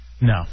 No